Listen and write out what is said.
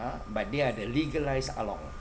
uh but they are the legalised ah long